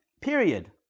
Period